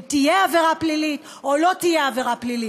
אם תהיה עבירה פלילית או לא תהיה עבירה פלילית.